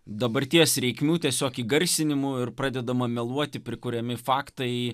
dabarties reikmių tiesiog įgarsinimu ir pradedama meluoti prikuriami faktai